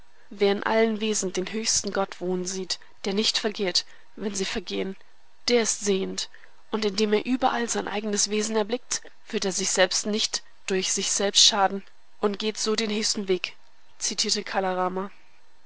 wer in allen wesen den höchsten gott wohnen sieht der nicht vergeht wenn sie vergehen der ist sehend und indem er überall sein eigenes wesen erblickt wird er sich selbst nicht durch sich selbst schaden und geht so den höchsten weg zitierte kala rama